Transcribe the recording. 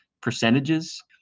percentages